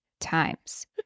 times